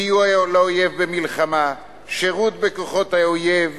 סיוע לאויב במלחמה, שירות בכוחות האויב,